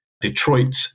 Detroit